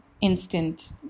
instant